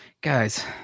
guys